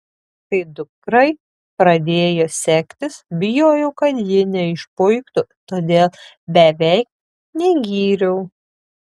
kai dukrai pradėjo sektis bijojau kad ji neišpuiktų todėl beveik negyriau